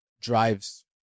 drives